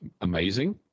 amazing